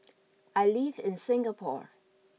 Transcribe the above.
I live in Singapore